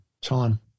time